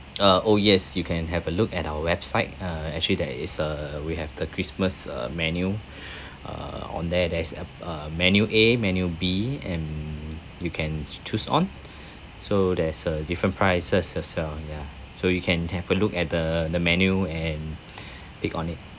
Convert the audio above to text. uh oh yes you can have a look at our website uh actually there is a we have the christmas uh menu err on there there's a uh menu A menu B and you can choose on so there's a different prices as well ya so you can have a look at the the menu and pick on it